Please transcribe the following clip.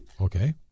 Okay